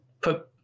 put